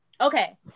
Okay